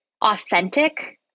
authentic